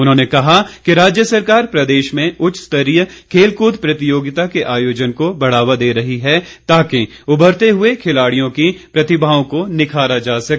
उन्होंने कहा कि राज्य सरकार प्रदेश में उच्च स्तरीय खेल कूद प्रतियोगिता के आयोजन को बढ़ावा दे रही है ताकि उमरते हुए खिलाड़ियों की प्रतिमाओं को निखारा जा सके